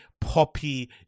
poppy